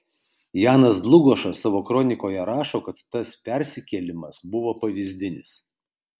janas dlugošas savo kronikoje rašo kad tas persikėlimas buvo pavyzdinis